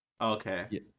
Okay